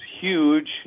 huge